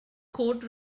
code